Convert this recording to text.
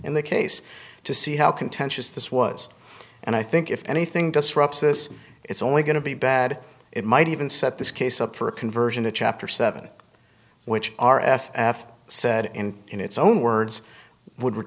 in the case to see how contentious this was and i think if anything disrupts this it's only going to be bad it might even set this case up for a conversion to chapter seven which r f f said in its own words would